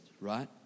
right